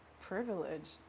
privileged